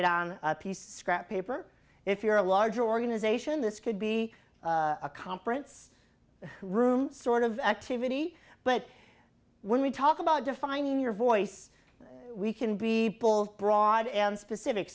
it on a piece of crap paper if you're a large organization this could be a conference room sort of activity but when we talk about defining your voice we can be both broad and specific